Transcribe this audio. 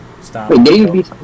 Stop